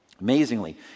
Amazingly